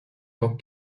tant